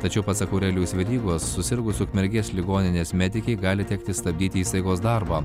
tačiau pasak aurelijaus verygos susirgus ukmergės ligoninės medikei gali tekti stabdyti įstaigos darbą